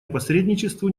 посредничеству